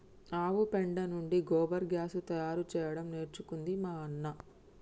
ఆవు పెండ నుండి గోబర్ గ్యాస్ తయారు చేయడం నేర్చుకుంది మా అన్న